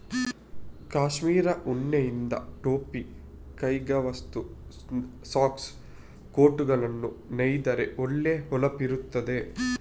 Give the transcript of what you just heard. ಕಾಶ್ಮೀರ್ ಉಣ್ಣೆಯಿಂದ ಟೊಪ್ಪಿ, ಕೈಗವಸು, ಸಾಕ್ಸ್, ಕೋಟುಗಳನ್ನ ನೇಯ್ದರೆ ಒಳ್ಳೆ ಹೊಳಪಿರ್ತದೆ